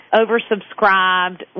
oversubscribed